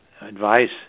advice